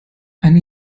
eine